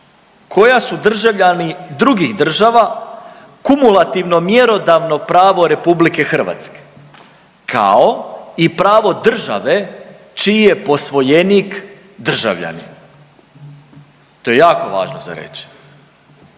koja su državljani drugih država kumulativno mjerodavno pravo RH kao i pravo države čiji je posvojenik državljanin. To je jako važno za reći.